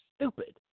stupid